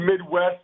Midwest